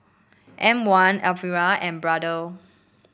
M one Aprilia and Brother